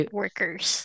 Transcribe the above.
workers